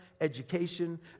education